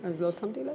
אז לא שמתי לב.